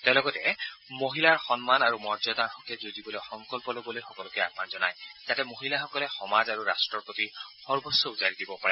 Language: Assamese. তেওঁ লগতে মহিলাৰ সন্মান আৰু মৰ্যাদাৰ হকে যুঁজিবলৈ সংকল্প লবলৈ সকলোকে আহান জনাই যাতে মহিলাসকলে সমাজ আৰু ৰাষ্ট্ৰৰ প্ৰতি সৰ্বোচ্চ উজাৰি দিব পাৰে